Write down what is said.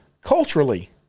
culturally